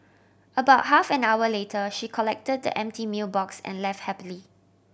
about half an hour later she collected the empty meal box and left happily